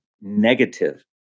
negative